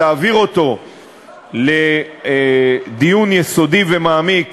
תעביר אותו לדיון יסודי ומעמיק